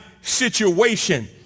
situation